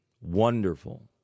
wonderful